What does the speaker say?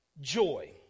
joy